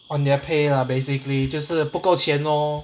on their pay lah basically 就是不够钱 lor